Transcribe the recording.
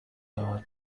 are